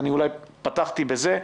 אני פותח בזה,